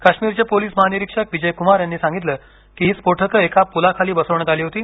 काश्मीरचे पोलिस महानिरीक्षक विजय कुमार यांनी सांगितलं की ही स्फोटकं एका पुलाखाली बसवण्यात आली होती